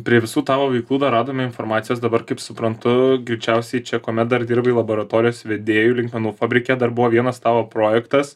prie visų tavo veiklų dar radome informacijos dabar kaip suprantu greičiausiai čia kuomet dar dirbai laboratorijos vedėju linkmenų fabrike dar buvo vienas tavo projektas